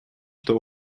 что